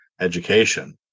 education